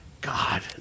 god